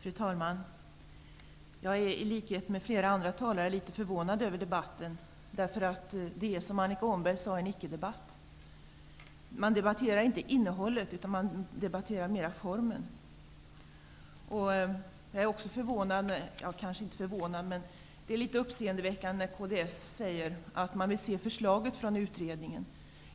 Fru talman! Jag är i likhet med flera andra talare litet förvånad över debatten, därför att den som Annika Åhnberg sade är en icke-debatt. Man debatterar inte innehåll utan mer form. Det är litet uppseendeväckande att kds säger att man vill se förslaget från utredningen